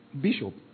Bishop